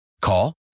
Call